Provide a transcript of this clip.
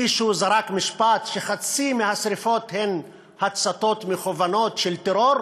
מישהו זרק משפט שחצי מהשרפות הן הצתות מכוונות של טרור,